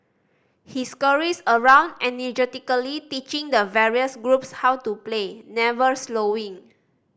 he scurries around energetically teaching the various groups how to play never slowing